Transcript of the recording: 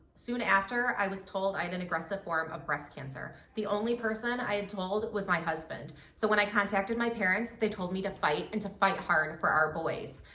soon after, i was told i had an aggressive form of breast cancer. the only person i had told was my husband. so when i contacted my parents, they told me to fight and to fight hard for our boys.